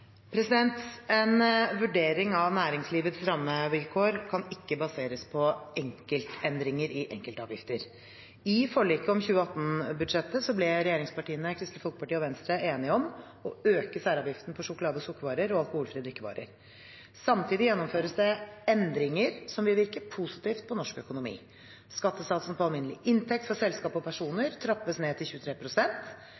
En vurdering av næringslivets rammevilkår kan ikke baseres på enkeltendringer i enkeltavgifter. I forliket om 2018-budsjettet ble regjeringspartiene, Kristelig Folkeparti og Venstre enige om å øke særavgiften på sjokolade- og sukkervarer og alkoholfrie drikkevarer. Samtidig gjennomføres det endringer som vil virke positivt på norsk økonomi. Skattesatsen på alminnelig inntekt for selskap og